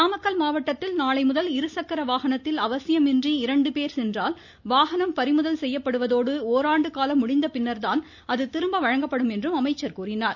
நாமக்கல் மாவட்டத்தில் நாளை முதல் இருசக்கர வாகனத்தில் அவசியம் இன்றி இரண்டு பேர் சென்றால் வாகனம் பறிமுதல் செய்யப்படுவதோடு ஓராண்டு காலம் முடிந்த பின்னர்தான் அது திரும்ப வழங்கப்படும் என்றார்